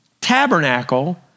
tabernacle